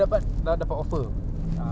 oh oh oh okay